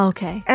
Okay